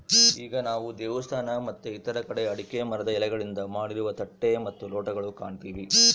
ಈಗ ನಾವು ದೇವಸ್ಥಾನ ಮತ್ತೆ ಇತರ ಕಡೆ ಅಡಿಕೆ ಮರದ ಎಲೆಗಳಿಂದ ಮಾಡಿರುವ ತಟ್ಟೆ ಮತ್ತು ಲೋಟಗಳು ಕಾಣ್ತಿವಿ